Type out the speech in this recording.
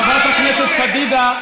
חברת הכנסת פדידה,